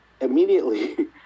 immediately